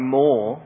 more